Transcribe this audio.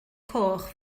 coch